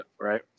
right